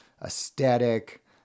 aesthetic